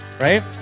right